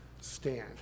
stand